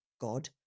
God